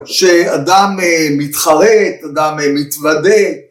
שאדם מתחרט, אדם מתוודה,